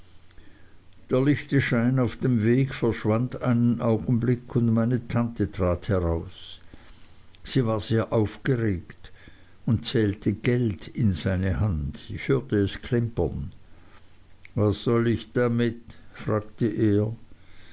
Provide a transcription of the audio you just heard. der lichte schein auf dem weg verschwand einen augenblick und meine tante trat heraus sie war sehr aufgeregt und zählte geld in seine hand ich hörte es klimpern was soll ich damit fragte er